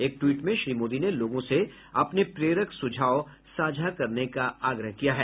एक ट्वीट में श्री मोदी ने लोगों से अपने प्रेरक सुझाव साझा करने का आग्रह किया है